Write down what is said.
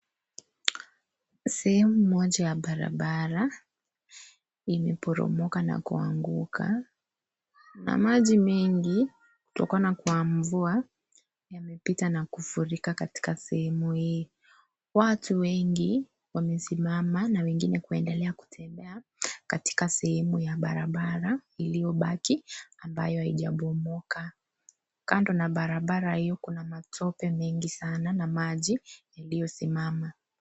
Sehemu moja ya barabara imeporomoka na kuanguka na maji mengi, tokana kwa mvua yamepita na kufurika katika sehemu hii. Watu wengi wamesimama na wengine kuendelea kutembea katika sehemu ya barabara iliyobaki ambayo haijabomoka. Kando na barabara hiyo kuna matope mengi sana na maji yaliyosimama.